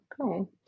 cool